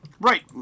Right